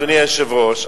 אדוני היושב-ראש,